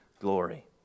glory